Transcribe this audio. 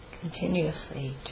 continuously